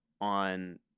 on